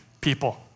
people